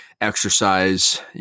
exercise